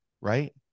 right